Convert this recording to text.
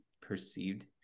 perceived